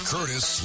Curtis